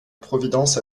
providence